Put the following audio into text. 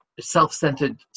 self-centered